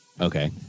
Okay